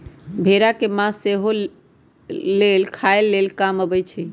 भेड़ा के मास सेहो लेल खाय लेल काम अबइ छै